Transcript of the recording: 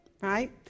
Right